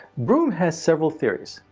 broome has several theories.